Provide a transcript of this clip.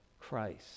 Christ